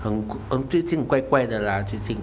很怪最近怪怪的啦最近